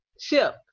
ship